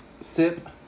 Sip